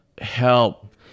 help